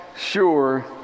sure